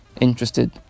interested